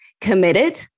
committed